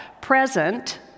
Present